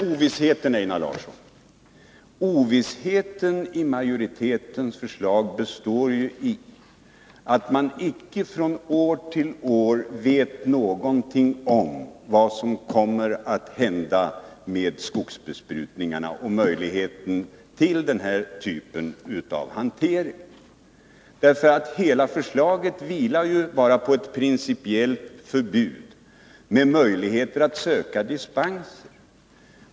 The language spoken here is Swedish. Ovissheten i majoritetens förslag, Einar Larsson, består i att man icke från år till år vet någonting om vad som kommer att hända med skogsbesprutningarna. Hela förslaget vilar på ett principiellt förbud med möjligheter att söka dispenser.